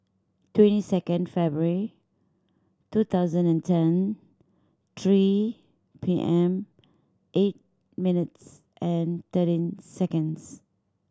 twenty second February two thousand and ten three P M eight minutes and thirteen seconds